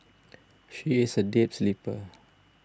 she is a deep sleeper